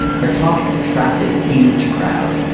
her talk attracted a huge crowd,